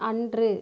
அன்று